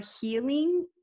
healing